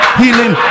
healing